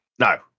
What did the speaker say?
No